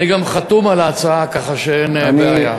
אני גם חתום על ההצעה, ככה שאין בעיה.